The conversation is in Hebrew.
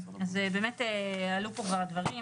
אז באמת עלו פה כבר הדברים,